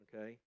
okay